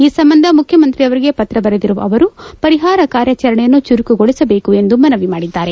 ಈ ಸಂಬಂಧ ಮುಖ್ಯಮಂತ್ರಿಯವರಿಗೆ ಪತ್ರ ಬರೆದಿರುವ ಅವರು ಪರಿಹಾರ ಕಾರ್ಯಾಚರಣೆಯನ್ನು ಚುರುಕುಗೊಳಿಸಬೇಕು ಎಂದು ಮನವಿ ಮಾಡಿದ್ದಾರೆ